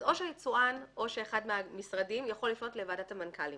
או שהיצואן או שאחד מהמשרדים יכול לפנות לוועדת המנכ"לים.